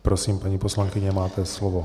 Prosím, paní poslankyně, máte slovo.